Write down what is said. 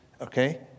okay